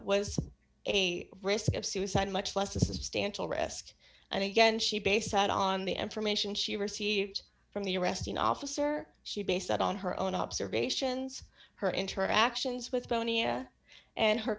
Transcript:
was a risk of suicide much less a substantial risk and again she base that on the information she received from the arresting officer she based on her own observations her interactions with tonia and her